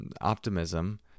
optimism